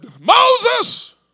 Moses